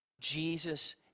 Jesus